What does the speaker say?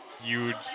huge